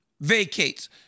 vacates